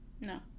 No